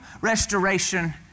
restoration